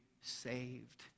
saved